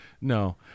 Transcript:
no